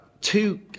two